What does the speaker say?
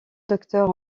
docteur